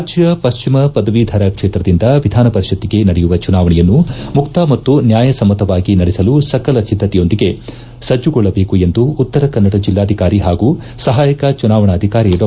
ರಾಜ್ಞ ಪಶ್ಚುಮ ಪದವೀಧರ ಕ್ಷೇತ್ರದಿಂದ ವಿಧಾನ ಪರಿಷತ್ತಿಗೆ ನಡೆಯುವ ಚುನಾವಣೆಯನ್ನು ಮುಕ್ತ ಮತ್ತು ನ್ಯಾಯ ಸಮ್ನತವಾಗಿ ನಡೆಸಲು ಸಕಲ ಸಿದ್ದತೆಯೊಂದಿಗೆ ಸಜ್ಜಗೊಳ್ಳಬೇಕೆಂದು ಉತ್ತರಕನ್ನಡ ಜಿಲ್ಲಾಧಿಕಾರಿ ಹಾಗೂ ಸಹಾಯಕ ಚುನಾಣಾಧಿಕಾರಿ ಡಾ